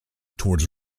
towards